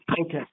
Okay